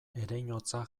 ereinotza